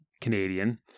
Canadian